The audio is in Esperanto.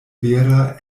vera